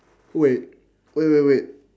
wait wait wait wait